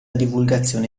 divulgazione